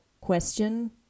question